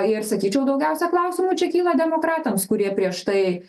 ir sakyčiau daugiausia klausimų čia kyla demokratams kurie prieš tai